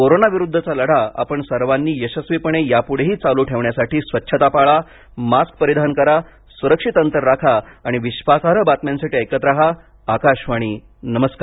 कोरोनाविरुद्धचा लढा आपण सर्वांनी यशस्वीपणे यापुढेही चालू ठेवण्यासाठी स्वच्छता पाळा मास्क परिधान करा सुरक्षित अंतर राखा आणि विश्वासार्ह बातम्यांसाठी ऐकत राहा आकाशवाणी नमस्कार